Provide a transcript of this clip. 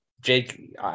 Jake